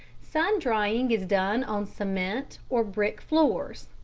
sun-drying is done on cement or brick floors,